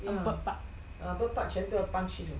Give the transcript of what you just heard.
a bird park